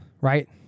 right